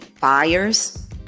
buyers